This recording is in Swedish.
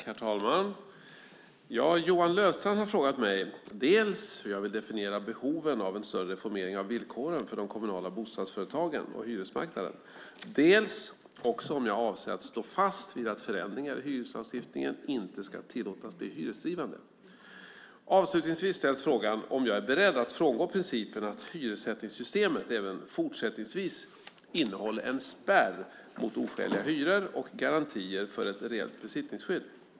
Herr talman! Johan Löfstrand har frågat mig dels hur jag vill definiera behoven av en större reformering av villkoren för de kommunala bostadsföretagen och hyresmarknaden, dels också om jag avser att stå fast vid att förändringar i hyreslagstiftningen inte ska tillåtas bli hyresdrivande. Avslutningsvis ställs frågan om jag är beredd att frångå principen att hyressättningssystemet även fortsättningsvis innehåller en spärr mot oskäliga hyror och garantier för ett reellt besittningsskydd.